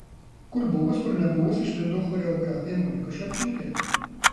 kur buvus kur nebuvus išlindo choreografė monika šalčiūtė